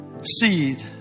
seed